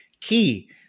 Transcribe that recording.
key